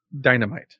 dynamite